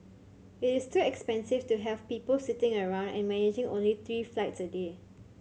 it is too expensive to have people sitting around and managing only three flights a day